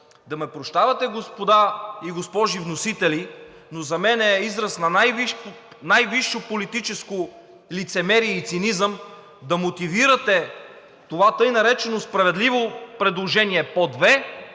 Да ме прощавате, господа и госпожи вносители, но за мен е израз на най-висше политическо лицемерие и цинизъм да мотивирате това така наречено справедливо предложение по две